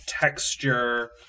texture